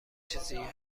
چیزیه